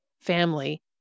family